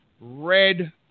red